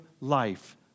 life